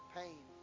pain